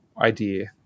idea